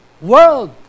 world